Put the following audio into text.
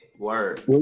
Word